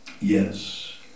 Yes